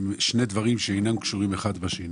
אלה שני דברים שאינם קשורים אחד בשני,